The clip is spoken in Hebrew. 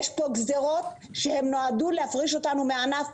יש פה גזירות שנועדו להפריש אותנו מהענף,